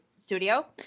studio